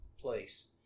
place